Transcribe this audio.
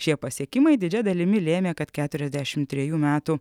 šie pasiekimai didžia dalimi lėmė kad keturiasdešim trejų metų